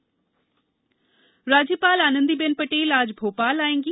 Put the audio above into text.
राज्यपाल आगमन राज्यपाल आनंदीबेन पटेल आज भोपाल आएंगी